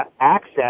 access